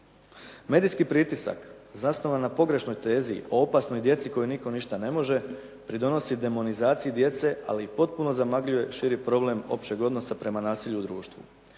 Medijski pritisak zasnovan na pogrešnoj tezi o opasnoj djeci kojoj nitko ništa ne može pridonosi demonizaciji djece ali potpuno zamagljuje širi problem općeg odnosa prema nasilju u društvu.